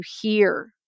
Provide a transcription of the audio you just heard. hear